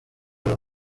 aba